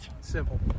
Simple